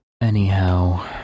Anyhow